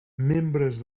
membres